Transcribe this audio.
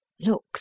Look